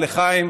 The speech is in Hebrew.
לחיים.